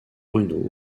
bruno